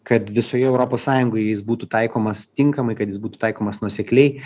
kad visoje europos sąjungoje jis būtų taikomas tinkamai kad jis būtų taikomas nuosekliai